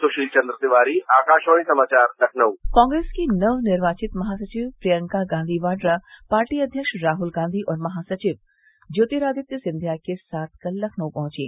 सुशील चंद्र तिवारी आकाशवाणी समाचार लखनऊ कांग्रेस की नवनिर्वाचित महासचिव प्रियंका गांधी वाह्रा पार्टी अध्यक्ष राहुल गांधी और महासचिव ज्योतरादित्य सिंधिया के साथ कल लखनऊ पहुंची